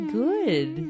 good